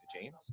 james